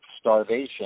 starvation